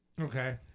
Okay